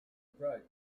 bright